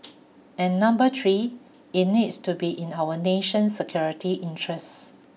and number three it needs to be in our national security interests